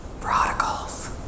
Prodigals